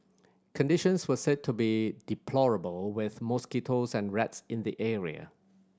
conditions were said to be deplorable with mosquitoes and rats in the area